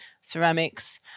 ceramics